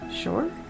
Sure